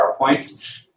PowerPoints